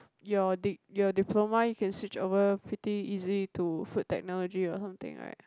your di~ your diploma you can switch over pretty easily to food technology or something right